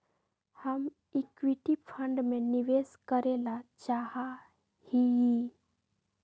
हम equity fund में निवेश करे ला चाहा हीयी